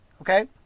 Okay